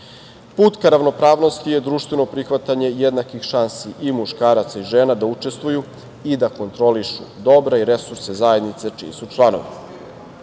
Put ka ravnopravnosti je društveno prihvatanje jednakih šansi i muškaraca i žena da učestvuju i da kontrolišu dobra i resurse zajednice čiji su članovi. Kada